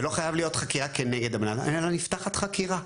זאת לא חייבת להיות חקירה כנגד הבן אדם אלא נפתחת חקירה,